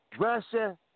Russia